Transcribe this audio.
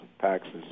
taxes